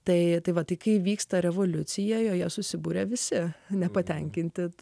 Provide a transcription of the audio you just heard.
tai tai va tai kai įvyksta revoliucija joje susiburia visi nepatenkinti